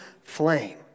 flame